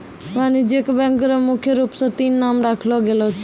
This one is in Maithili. वाणिज्यिक बैंक र मुख्य रूप स तीन नाम राखलो गेलो छै